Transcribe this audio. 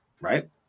Right